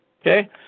Okay